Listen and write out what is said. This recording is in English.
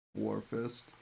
Warfist